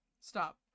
Stop